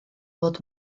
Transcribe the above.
fod